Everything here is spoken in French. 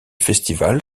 festival